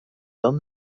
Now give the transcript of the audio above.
dan